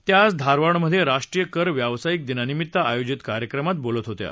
त्या आज धारवाडमध्ये राष्ट्रीय कर व्यावसायिक दिनानिमित्त आयोजित कार्यक्रमात बोलत होत्या